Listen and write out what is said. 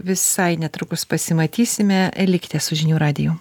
visai netrukus pasimatysime likite su žinių radiju